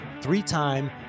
three-time